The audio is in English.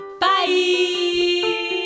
Bye